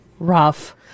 Rough